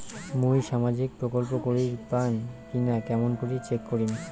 মুই সামাজিক প্রকল্প করির পাম কিনা কেমন করি চেক করিম?